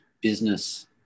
business